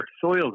soils